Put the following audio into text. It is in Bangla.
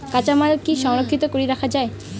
কাঁচামাল কি সংরক্ষিত করি রাখা যায়?